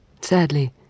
Sadly